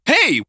Hey